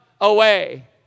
away